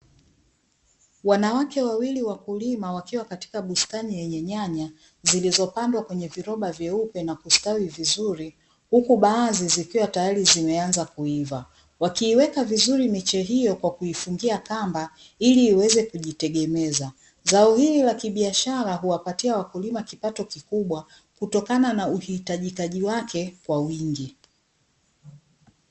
Wanawake wawili wakulima wakiwa katika bustani yenye nyanya, zilizopandwa kwenye viroba vyeupe na kusitawi vizuri, huku baadhi zikiwa tayari zimeanza kuiva; wakiiweka vizuri miche hiyo kwa kuifungia kamba ili iweze kujitegemeza. Zao hili la kibiashara, huwapatia wakulima kipato kikubwa kutokana na uhitajikaji wake kwa wingi.